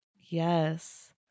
Yes